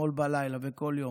אתמול בלילה וכל יום.